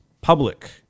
Public